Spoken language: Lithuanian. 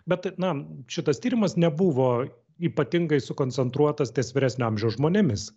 bet na šitas tyrimas nebuvo ypatingai sukoncentruotas ties vyresnio amžiaus žmonėmis